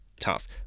tough